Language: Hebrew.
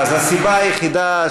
סגן שר הביטחון וחבר הכנסת מסעוד גנאים,